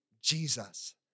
Jesus